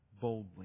boldly